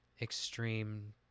extreme